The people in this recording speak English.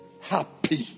happy